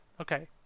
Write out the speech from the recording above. Okay